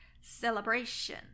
celebration